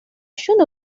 shooter